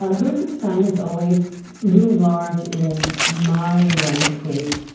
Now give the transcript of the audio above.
ah gertrude stein has always loomed large in my landscape,